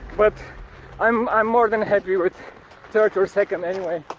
but i'm i'm more than happy with third or second anyway.